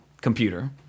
computer